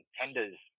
tenders